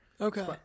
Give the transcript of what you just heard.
Okay